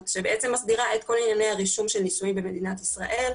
שמסדירה את כל ענייני הרישום של נישואים במדינת ישראל.